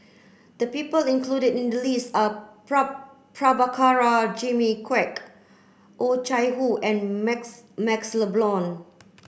the people included in the list are Prabhakara Jimmy Quek Oh Chai Hoo and Max MaxLe Blond